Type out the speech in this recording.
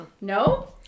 No